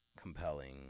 compelling